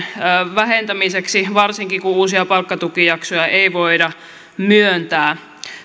vähentämiseksi varsinkin kun uusia palkkatukijaksoja ei voida myöntää